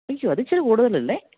അയ്യോ അതിത്തിരി കൂടുതലല്ലേ